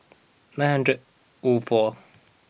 nine hundred O four